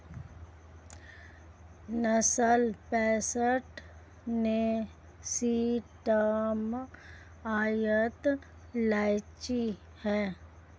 national pension system अत्यंत लचीला है